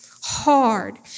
hard